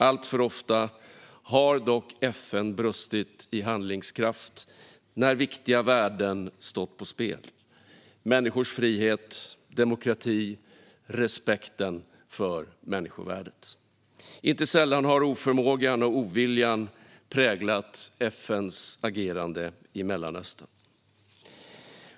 Alltför ofta har dock FN brustit i handlingskraft när viktiga värden stått på spel: människors frihet, demokrati och respekten för människovärdet. Inte sällan har oförmågan och oviljan präglat FN:s agerande i Mellanöstern.